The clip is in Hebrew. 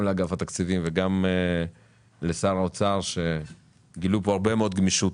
גם לאגף התקציבים וגם לשר האוצר על שגילו בחקיקה הזאת הרבה מאוד גמישות.